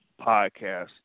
podcast